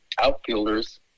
outfielders